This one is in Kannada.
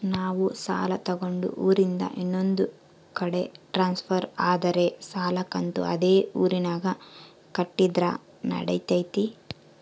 ನಾವು ಸಾಲ ತಗೊಂಡು ಊರಿಂದ ಇನ್ನೊಂದು ಕಡೆ ಟ್ರಾನ್ಸ್ಫರ್ ಆದರೆ ಸಾಲ ಕಂತು ಅದೇ ಊರಿನಾಗ ಕಟ್ಟಿದ್ರ ನಡಿತೈತಿ?